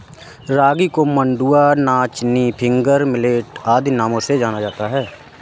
रागी को मंडुआ नाचनी फिंगर मिलेट आदि नामों से जाना जाता है